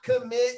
commit